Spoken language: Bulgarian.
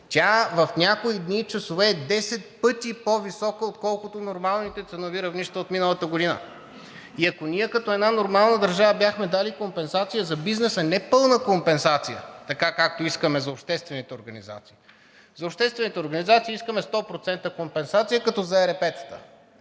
Тя в някои дни и часове е 10 пъти по-висока, отколкото нормалните ценови равнища от миналата година, и ако ние като една нормална държава бяхме дали компенсация за бизнеса – не пълна компенсация, така, както искаме за обществените организации. За обществените организации искаме 100% компенсация, като за ЕРП-тата.